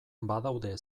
badaude